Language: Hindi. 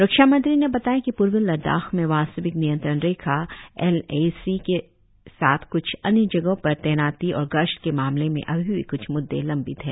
रक्षामंत्री ने बताया कि पूर्वी लद्दाख में वास्तविक नियंत्रण रेखा एलएसी के साथ क्छ अन्य जगहों पर तैनाती और गश्त के मामले में अभी भी क्छ म्द्दे लम्बित हैं